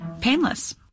painless